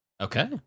Okay